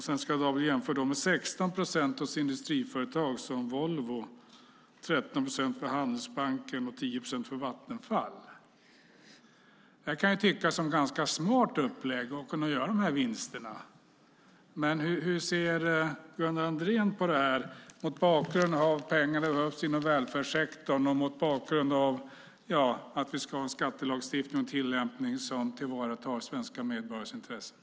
Svenska Dagbladet jämför detta med 16 procent hos industriföretag som Volvo, 13 procent för Handelsbanken och 10 procent för Vattenfall. Det kan tyckas vara ett ganska smart upplägg att kunna göra sådana vinster. Men hur ser Gunnar Andrén på detta mot bakgrund av att pengarna behövs inom välfärdssektorn och mot bakgrund av att vi ska ha en skattelagstiftning och en tillämpning som tillvaratar svenska medborgares intressen?